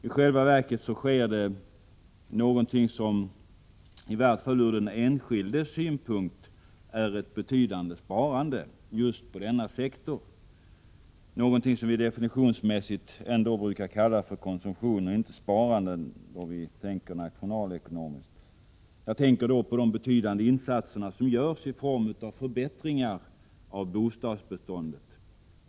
I själva verket görs det insatser som, i varje fall ur den enskildes synpunkt, innebär ett betydande sparande på just denna sektor, som definitionsmässigt ändå brukar kallas för konsumtion och inte sparande när vi resonerar nationalekonomiskt. Jag tänker då på de betydande insatserna för förbättringar i bostadsbeståndet.